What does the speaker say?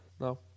No